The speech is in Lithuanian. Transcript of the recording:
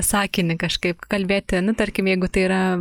sakinį kažkaip kalbėti nu tarkim jeigu tai yra